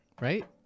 right